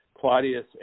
Claudius